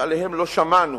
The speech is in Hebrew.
שעליהם לא שמענו,